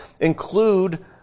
include